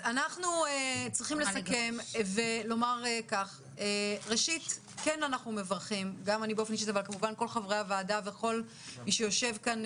צריכים לסכם ולומר כך: חברי הוועדה והחתומים על